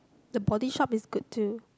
the body shop is good too